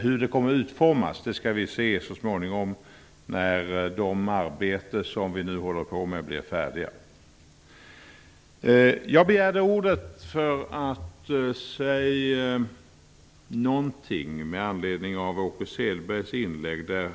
Hur det kommer att utformas skall vi se så småningom när de arbeten som vi nu håller på med blir färdiga. Jag begärde ordet för att säga någonting med anledning av Åke Selbergs inlägg.